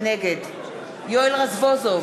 נגד יואל רזבוזוב,